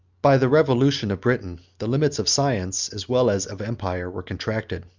by the revolution of britain, the limits of science, as well as of empire, were contracted.